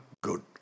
good